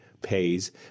pays